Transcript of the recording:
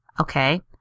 Okay